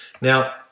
Now